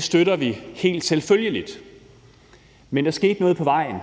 sige, at vi helt selvfølgeligt støtter det. Men der skete noget på vejen.